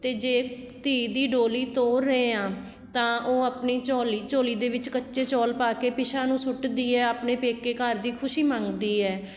ਅਤੇ ਜੇ ਧੀ ਦੀ ਡੋਲੀ ਤੋਰ ਰਹੇ ਹਾਂ ਤਾਂ ਉਹ ਆਪਣੀ ਝੋਲੀ ਝੋਲੀ ਦੇ ਵਿੱਚ ਕੱਚੇ ਚੌਲ ਪਾ ਕੇ ਪਿਛਾਂਹ ਨੂੰ ਸੁੱਟਦੀ ਹੈ ਆਪਣੇ ਪੇਕੇ ਘਰ ਦੀ ਖੁਸ਼ੀ ਮੰਗਦੀ ਹੈ